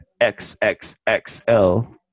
xxxl